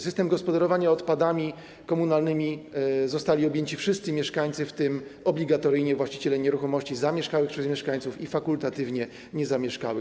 Systemem gospodarowania odpadami komunalnymi zostali objęci wszyscy mieszkańcy, w tym obligatoryjnie właściciele nieruchomości zamieszkałych przez mieszkańców i, fakultatywnie, niezamieszkałych.